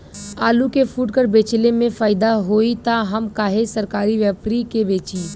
आलू के फूटकर बेंचले मे फैदा होई त हम काहे सरकारी व्यपरी के बेंचि?